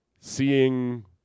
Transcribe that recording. seeing